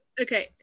Okay